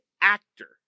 actor